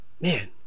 man